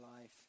life